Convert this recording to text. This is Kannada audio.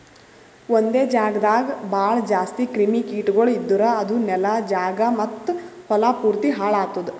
ಒಂದೆ ಜಾಗದಾಗ್ ಭಾಳ ಜಾಸ್ತಿ ಕ್ರಿಮಿ ಕೀಟಗೊಳ್ ಇದ್ದುರ್ ಅದು ನೆಲ, ಜಾಗ ಮತ್ತ ಹೊಲಾ ಪೂರ್ತಿ ಹಾಳ್ ಆತ್ತುದ್